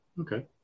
Okay